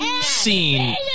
scene